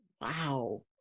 Wow